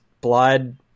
blood